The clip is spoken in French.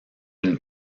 une